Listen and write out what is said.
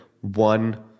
one